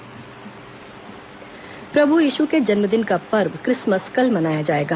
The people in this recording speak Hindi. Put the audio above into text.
क्रिसमस प्रभु यीशु के जन्मदिन का पर्व क्रिसमस कल मनाया जाएगा